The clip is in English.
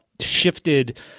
shifted